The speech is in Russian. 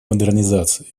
модернизации